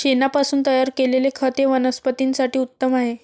शेणापासून तयार केलेले खत हे वनस्पतीं साठी उत्तम आहे